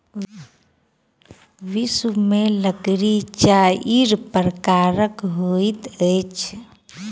विश्व में लकड़ी चाइर प्रकारक होइत अछि